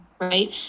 right